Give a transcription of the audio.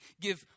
give